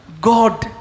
God